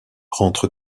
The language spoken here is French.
rentre